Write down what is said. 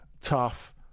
tough